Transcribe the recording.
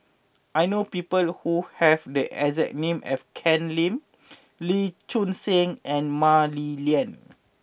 I know people who have the exact name as Ken Lim Lee Choon Seng and Mah Li Lian